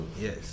Yes